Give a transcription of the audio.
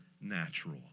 natural